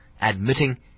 admitting